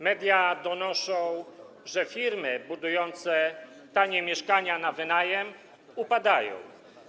Media donoszą, że firmy budujące tanie mieszkania na wynajem upadają.